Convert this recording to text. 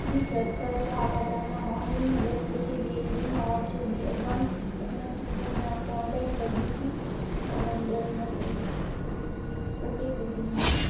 जी sir कल आप आ जाना मॉर्निंग में दस बजे भेज देना और जो भी एडवांस पेमेंट है वह मैं आपको ऑनलाइन कर दूंगी और हम दस मेम्बर है ओके सर धन्यवाद